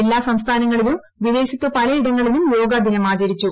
എല്ലാ സംസ്ഥാനങ്ങളിലും വിദേശത്ത് പലയിടങ്ങളിലും യോഗദിനം ആചരിച്ചു